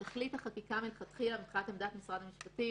תכלית החקיקה מבחינת עמדת משרד המשפטים